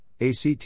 ACT